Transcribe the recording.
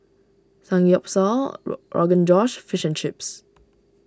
Samgyeopsal Rogan Josh Fish and Chips